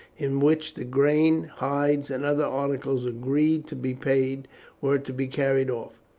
in which the grain, hides, and other articles agreed to be paid were to be carried off.